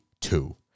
two